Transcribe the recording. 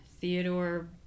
Theodore